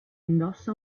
indossa